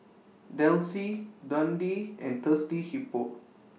Delsey Dundee and Thirsty Hippo